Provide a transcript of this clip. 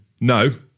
no